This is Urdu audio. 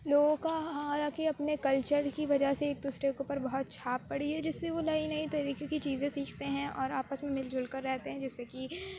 لوگوں کا حالانکہ اپنے کلچر کی وجہ سے ایک دوسرے کے اوپر بہت چھاپ پڑی ہیں جس سے وہ نئی نئی طریقے کی چیزیں سیکھتے ہیں اور آپس میں مل جل کر رہتے ہیں جس سے کہ